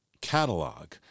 catalog